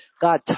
God